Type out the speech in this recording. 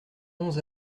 onze